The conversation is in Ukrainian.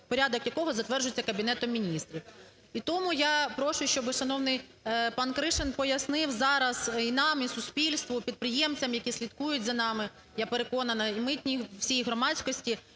порядок якого затверджується Кабінетом Міністрів. І тому я прошу, щоб шановний пан Кришин пояснив зараз і нам, і суспільству, підприємцям, які слідкують за нами, я переконана, і митній всій громадськості,